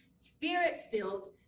spirit-filled